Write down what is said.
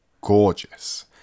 gorgeous